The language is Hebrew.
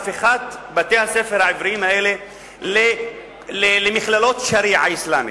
בתי-הספר העבריים האלה למכללות השריעה האסלאמית,